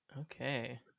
Okay